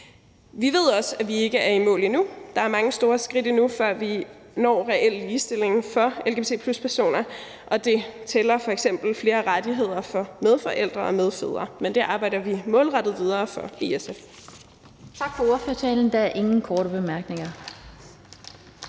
Vi ved også, at vi ikke er i mål endnu. Der skal tages mange store skridt endnu, før vi når reel ligestilling for lgbt+-personer, og det tæller f.eks. flere rettigheder for medforældre og medfædre, men det arbejder vi målrettet videre for i SF.